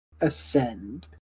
ascend